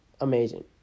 amazing